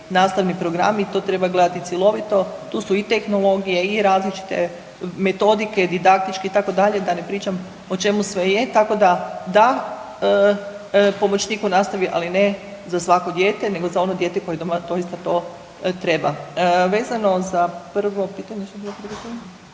nastavni program i to treba gledati cjelovito. Tu su i tehnologije i različite metodike, didaktičke itd., da ne pričam o čemu sve je, tako da da pomoćnik u nastavi ali ne za svako dijete nego za ono dijete koje doista to treba. Vezano za prvo pitanje,